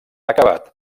acabat